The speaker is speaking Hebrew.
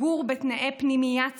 לגור בתנאי פנימייה צפופים,